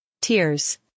Tears